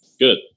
Good